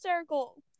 circle